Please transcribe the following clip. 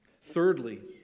thirdly